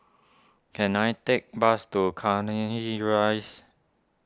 can I take bus to Cairnhill Rise